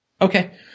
Okay